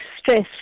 stress